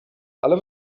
ale